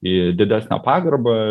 į didesnę pagarbą